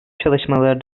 çalışmaları